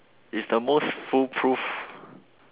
is the most foolproof